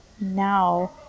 now